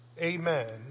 amen